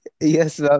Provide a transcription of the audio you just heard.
Yes